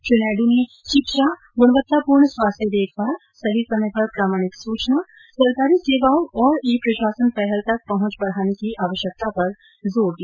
श्री नायडू ने शिक्षा गुणवत्तापूर्ण स्वास्थ्य देखभाल सही समय पर प्रामाणिक सूचना सरकारी सेवाओं और ई प्रशासन पहल तक पहुंच बढ़ाने की आवश्यकता पर जोर दिया